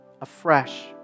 afresh